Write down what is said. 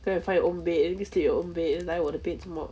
go and find your own bed sleep in your own bed 来我的 bed 做么